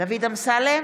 דוד אמסלם,